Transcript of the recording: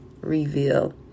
reveal